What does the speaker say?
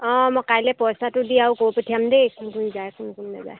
অঁ মই কাইলৈ পইচাটো দি আৰু কৈ পঠিয়াম দেই কোন কোন যায় কোন কোন নেযায়